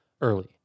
early